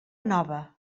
nova